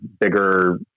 bigger